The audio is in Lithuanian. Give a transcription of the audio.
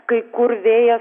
kai kur vėjas